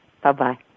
Bye-bye